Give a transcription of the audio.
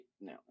no